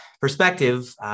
perspective